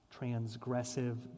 transgressive